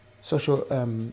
social